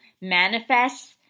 manifest